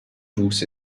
wuchs